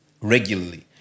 regularly